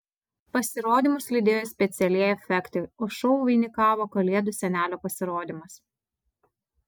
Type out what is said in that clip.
pasirodymus lydėjo specialieji efektai o šou vainikavo kalėdų senelio pasirodymas